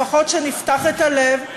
לפחות נפתח את הלב,